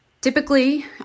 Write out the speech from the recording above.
typically